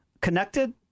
connected